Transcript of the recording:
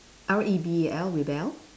R E B E L rebel